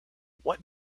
what